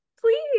please